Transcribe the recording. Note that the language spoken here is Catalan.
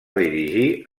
dirigir